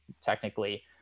technically